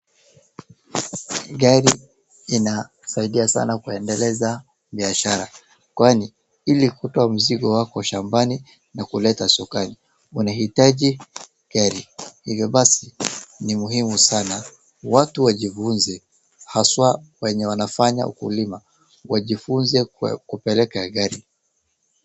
Gari inasaidia sana kuendeleza biashara, kwani, ili kutoa mzigo wako shambani na kuleta sokoni, unahitaji gari. Hivyo basi ni muhimu sana watu wajifunze haswaa wenye wanafanya ukulima wajifunze kupeleka gari.